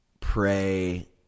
pray